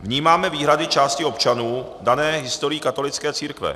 Vnímáme výhrady části občanů dané historií katolické církve.